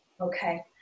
okay